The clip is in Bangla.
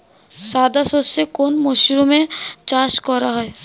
সাদা সর্ষে কোন মরশুমে চাষ করা হয়?